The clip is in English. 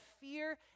fear